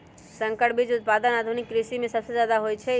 संकर बीज उत्पादन आधुनिक कृषि में सबसे जादे होई छई